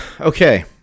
Okay